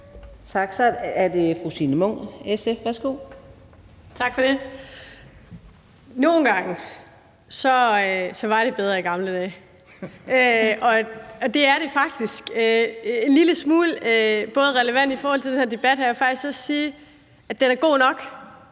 Tak. Så er det fru Signe Munk, SF. Værsgo. Kl. 17:52 Signe Munk (SF): Tak for det. Nogle gange var det bedre i gamle dage, og det er faktisk en lille smule relevant i forhold til den her debat at sige, at den er god nok.